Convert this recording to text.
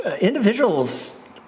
individuals